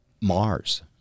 Mars